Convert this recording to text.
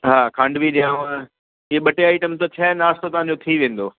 हा खांडवी ॾियाव हीअ ॿ टे आइटम त थिया आहिनि नाश्तो तव्हांजो थी वेंदो